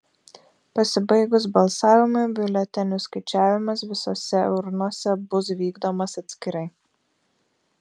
pasibaigus balsavimui biuletenių skaičiavimas visose urnose bus vykdomas atskirai